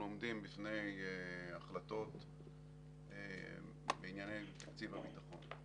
אנחנו עומדים בפני החלטות בענייני תקציב הביטחון,